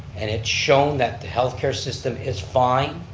and it's shown that the health care system is fine,